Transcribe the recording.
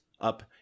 up